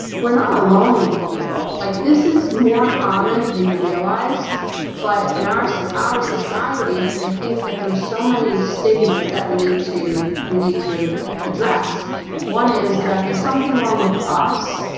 we're not alone people like this is more common than you realize but in our so our society i think that there are so many stigmas that we need to we need to address one is that there's something wrong with us?